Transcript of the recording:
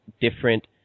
different